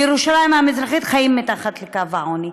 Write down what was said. בירושלים המזרחית חיים מתחת לקו העוני.